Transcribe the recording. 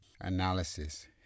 analysis